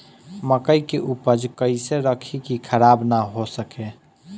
मकई के उपज कइसे रखी की खराब न हो सके?